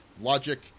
logic